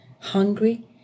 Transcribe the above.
hungry